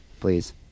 please